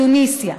תוניסיה,